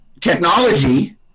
technology